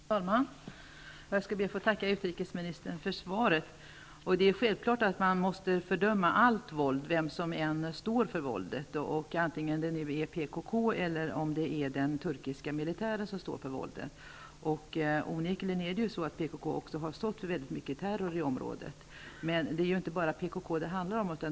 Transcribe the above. Fru talman! Jag skall be att få tacka utrikesministern för svaret. Självklart måste man fördöma allt våld, oavsett vem som än står för det. Det må sedan vara PKK eller den turkiska militären. Onekligen har PKK svarat för mycket terror i området, men det handlar ju inte bara om PKK.